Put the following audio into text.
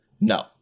no